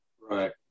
Right